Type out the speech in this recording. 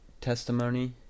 testimony